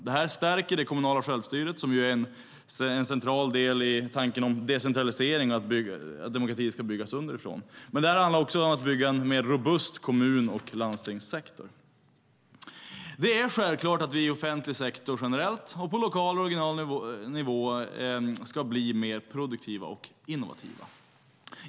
Det här stärker det kommunala självstyret, som ju är en central del i tanken om decentralisering och att demokrati ska byggas underifrån. Men det handlar också om att bygga en mer robust kommun och landstingssektor. Det är självklart att vi i offentlig sektor generellt och på lokal och regional nivå ska bli mer produktiva och innovativa.